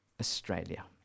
Australia